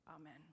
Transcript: Amen